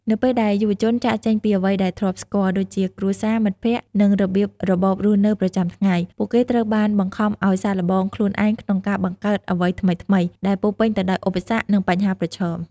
នៅពេលដែលយុវជនចាកចេញពីអ្វីដែលធ្លាប់ស្គាល់ ដូចជាគ្រួសារ មិត្តភក្តិ និងរបៀបរបបរស់នៅប្រចាំថ្ងៃ ពួកគេត្រូវបានបង្ខំឱ្យសាកល្បងខ្លួនឯងក្នុងការបង្កើតអ្វីថ្មីៗ ដែលពោរពេញទៅដោយឧបសគ្គ និងបញ្ហាប្រឈម។